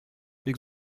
бик